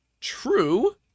true